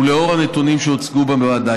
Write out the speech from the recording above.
ולאור הנתונים שהוצגו בוועדה.